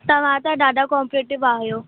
तव्हां त ॾाढा कॉम्प्रीटिव आहियो